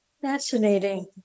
Fascinating